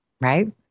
right